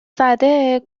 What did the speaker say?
زده